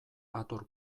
hator